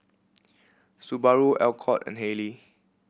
Subaru Alcott and Haylee